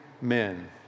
men